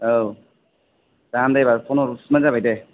आव दा आन्दायबा फन हरफिबानो जाबाय दे